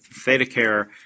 ThetaCare